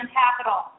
capital